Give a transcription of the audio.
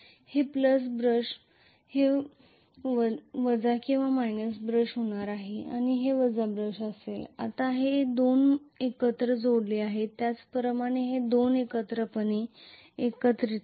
हे plus brush हे वजा ब्रश होणार आहे आणि हे वजा ब्रश असेल आता हे 2 एकत्र जोडलेले आहेत त्याचप्रमाणे हे 2 एकत्रितपणे एकत्रित आहेत